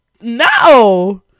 no